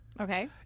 Okay